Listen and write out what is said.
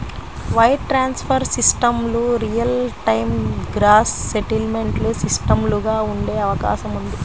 wire transfer సిస్టమ్లు real time gross settlement సిస్టమ్లుగా ఉండే అవకాశం ఉంది